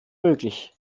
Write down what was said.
möglich